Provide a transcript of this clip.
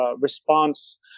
response